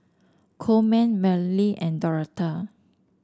Coleman Marlie and Dorotha